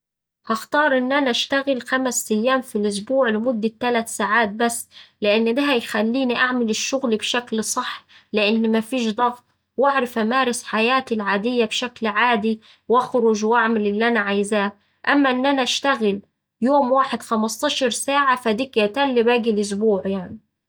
هختار إن أنا أشتغل خمس تيام في الأسبوع لمدة تلات ساعات بس لإن ده هيخليني أعمل الشغل بشكل صح لإن مفيش ضغط وأعرف أمارس حياتي العادية بشكل عادي وأخرج وأعمل اللي أنا عايزاه. أما إن أنا أشتغل يوم واحد خمستاشر ساعة، فده قتلي باقي الأسبوع يعني.